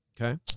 Okay